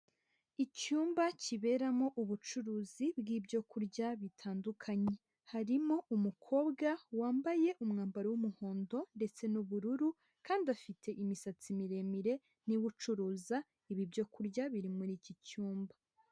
Icyumba kiberamo ubucuruzi bw'ibyo kurya bitandukanye, harimo umukobwa wambaye umwambaro w'umuhondo ndetse n'ubururu kandi afite imisatsi miremire ni we ucuruza ibi ibyo kurya biri muri iki cyumba.